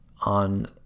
on